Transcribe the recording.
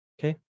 Okay